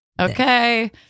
okay